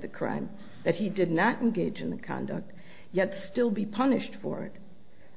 the crime that he did not engage in the conduct yet still be punished for it